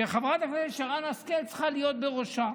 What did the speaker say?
שחברת הכנסת שרן השכל צריכה להיות בראשה.